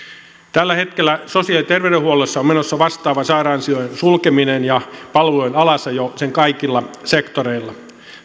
tällä hetkellä sosiaali ja terveydenhuollossa on menossa vastaava sairaansijojen sulkeminen ja palvelujen alasajo sen kaikilla sektoreilla